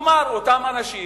כלומר, אותם אנשים